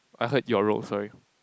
I heard your role sorry